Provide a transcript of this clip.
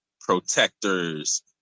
protectors